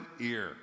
ear